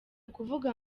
kuvuga